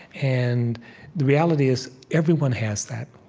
and the reality is, everyone has that.